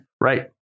Right